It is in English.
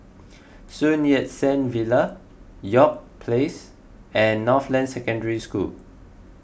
Sun Yat Sen Villa York Place and Northland Secondary School